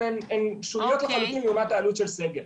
אבל הן שוליות לחלוטין לעומת העלות של סגר.